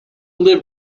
live